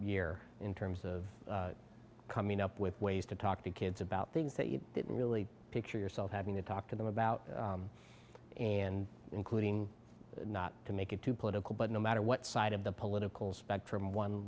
year in terms of coming up with ways to talk to kids about things that you really picture yourself having to talk to them about and including not to make it too political but no matter what side of the political spectrum one